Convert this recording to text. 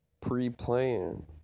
pre-plan